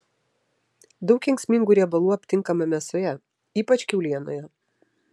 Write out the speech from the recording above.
daug kenksmingų riebalų aptinkama mėsoje ypač kiaulienoje